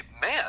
man